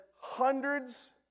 hundreds